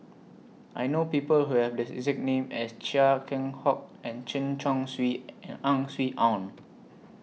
I know People Who Have The exact name as Chia Keng Hock and Chen Chong Swee and Ang Swee Aun